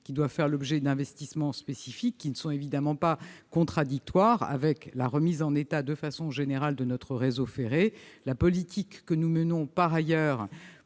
qui doivent faire l'objet d'investissements spécifiques. Ce n'est évidemment pas du tout contradictoire avec la remise en état de notre réseau ferré ou la politique que nous menons par ailleurs